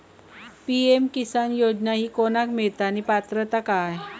PM Kisan योजना ही कोणाक मिळता आणि पात्रता काय?